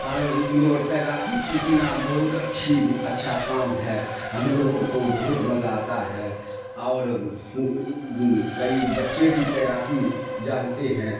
اور اور تیراکی سیکیکناا بہت اچھی اچھا کام ہے ہم لوگوں کو بہت مزہ آتا ہے اور کئی بچے بھی تیراکی جانتے ہیں